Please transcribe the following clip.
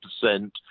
percent